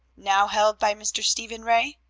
now held by mr. stephen ray?